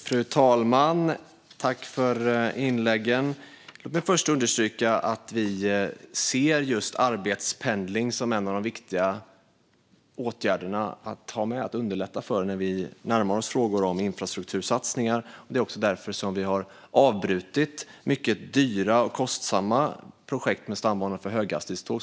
Fru talman! Jag tackar för inläggen. Låt mig först understryka att vi ser just arbetspendling som något som det är viktigt att underlätta för när vi närmar oss frågor om infrastruktursatsningar. Det är därför vi har avbrutit mycket dyra och kostsamma projekt med stambanor för höghastighetståg.